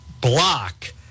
block